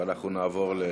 ונעבור להצבעה.